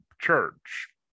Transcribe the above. church